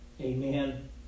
Amen